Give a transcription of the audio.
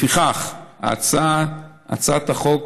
לפיכך, הצעת החוק